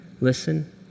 Listen